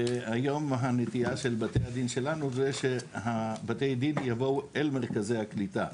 והיום הנטייה של בתי הדין שלנו היא שבתי הדין יבואו אל מרכזי הקליטה.